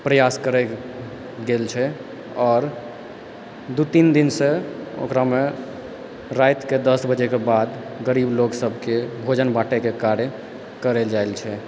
प्रयास करै गेल छै आओर दू तीन दिनसँ ओकरामे रातिके दस बजेके बाद गरीब लोकसब के भोजन बाँटैके कार्य करल जाइ छै